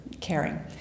caring